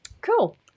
Cool